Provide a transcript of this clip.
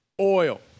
oil